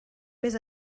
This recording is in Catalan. més